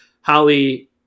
holly